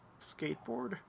skateboard